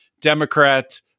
Democrat